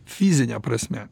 fizine prasme